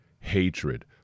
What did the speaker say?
Hatred